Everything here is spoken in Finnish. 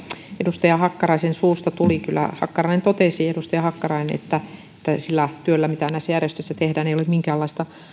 edustaja hakkaraisen suusta tuli kyllä edustaja hakkarainen totesi että sillä työllä mitä näissä järjestöissä tehdään ei ole